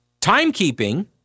Timekeeping